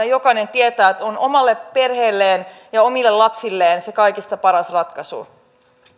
jokainen tietää mikä on hänen omalle perheelleen ja omille lapsilleen se kaikista paras ratkaisu